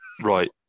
Right